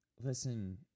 Listen